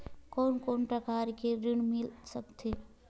कोन कोन प्रकार के ऋण मिल सकथे?